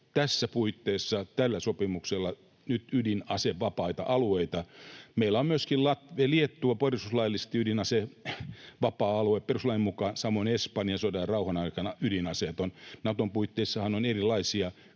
näissä puitteissa tällä sopimuksella nyt ydinasevapaita alueita. Meillä on myöskin Liettua perustuslaillisesti ydinasevapaa alue, perustuslain mukaan, samoin Espanja sodan ja rauhan aikana ydinaseeton. Naton puitteissahan on erilaisia